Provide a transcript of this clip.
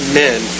men